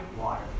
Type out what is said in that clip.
Water